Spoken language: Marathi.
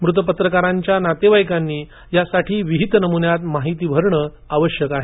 मृत पत्रकारांच्या नातेवाईकांनी यासाठी विहित नमुन्यात माहिती भरणे आवश्यक आहे